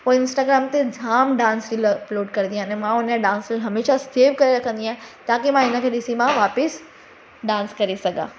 उहो इंस्टाग्राम ते जाम डांस रील अपलोड कंदी आहे अने मां हुनजा डांस हमेशह सेव करे रखंदी आहियां ताकी मां हिनखे ॾिसी मां वापसि डांस करे सघां